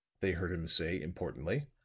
they heard him say, importantly.